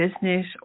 business